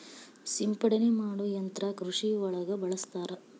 ಸಿಂಪಡನೆ ಮಾಡು ಯಂತ್ರಾ ಕೃಷಿ ಒಳಗ ಬಳಸ್ತಾರ